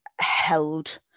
held